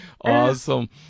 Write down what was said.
Awesome